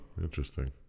interesting